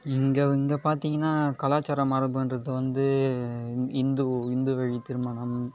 எங்கள் வந் இங்கே பார்த்தீங்கன்னா கலாச்சாரம் மரபுன்றது வந்து இந்து இந்து வழி திருமணம்